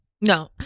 No